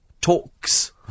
talks